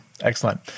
excellent